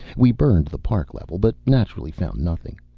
we burned the park level, but naturally found nothing.